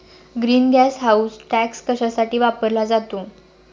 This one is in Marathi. ग्रीन गॅस हाऊस टॅक्स कशासाठी वापरला जातो?